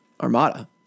Armada